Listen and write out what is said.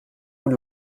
und